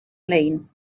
lein